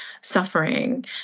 suffering